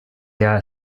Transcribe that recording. jahr